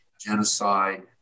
genocide